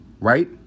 Right